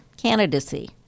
candidacy